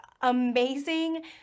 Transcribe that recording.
amazing